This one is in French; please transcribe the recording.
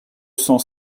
cent